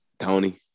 Tony